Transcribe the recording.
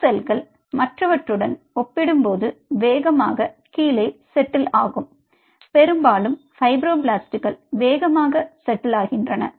சில செல்கள் மற்றவற்றுடன் ஒப்பிடும்போது வேகமாக கீழே செட்டில் ஆகும் பெரும்பாலும் ஃபைப்ரோபிளாஸ்ட்கள் வேகமாக செட்டில் ஆகின்றன